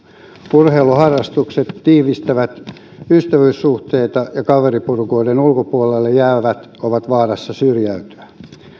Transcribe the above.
urheiluharrastukset tiivistävät ystävyyssuhteita ja kaveriporukoiden ulkopuolelle jäävät ovat vaarassa syrjäytyä